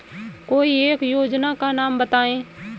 कोई एक योजना का नाम बताएँ?